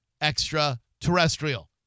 extraterrestrial